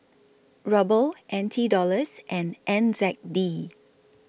Ruble N T Dollars and N Z D